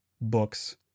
books